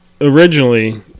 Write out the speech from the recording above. originally